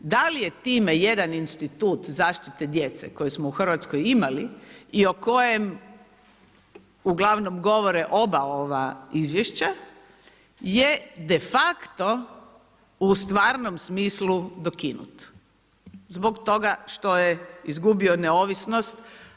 Da li je time jedan institut zaštite djece koji smo u Hrvatskoj imali i o kojem uglavnom govore oba ova izvješća je de facto u stvarnom smislu dokinut zbog toga što je izgubio neovisnost?